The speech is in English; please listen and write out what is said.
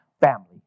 family